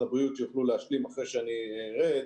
הבריאות שיוכלו להשלים אחרי שאני ארד.